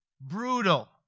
Brutal